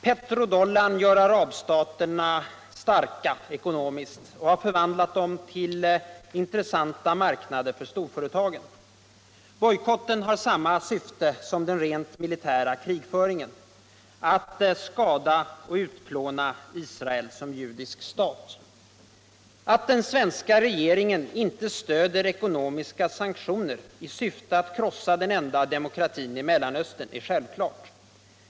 Petrodollarn gör arabstaterna ekonomiskt starka och — ekonomisk bojkott har förvandlat dem till intressunta marknader för storföretagen. Bojkouen — mot Israel har samma syfte som den rent militära krigföringen: att skada och utplåna Israel som judisk stal. Alt den svenska regeringen inte stöder ekonomiska sanktioner i syfte att krossa den enda demokratin i Mellanöstern är självklart.